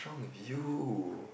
you